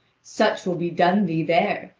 such will be done thee there,